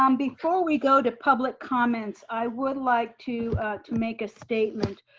um before we go to public comments, i would like to to make a statement.